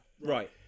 right